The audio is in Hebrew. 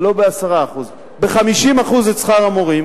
לא ב-10%, ב-50% את שכר המורים,